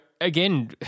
again